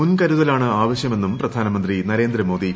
മുൻകരുതലാണ് ആവശ്യമെന്നും പ്രധാനമന്ത്രി നരേന്ദ്രമോദി